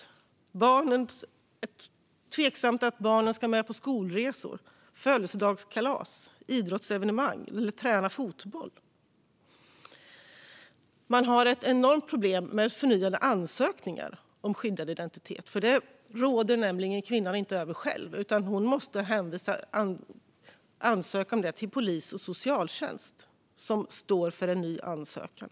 Det är tveksamt om barnen ska följa med på skolresor, gå på födelsedagskalas och idrottsevenemang eller träna fotboll. De har enorma problem med att förnya ansökningar om skyddad identitet. Detta råder kvinnan inte över själv, utan hon måste vända sig till polis och socialtjänst, som i sin tur står för en ny ansökan.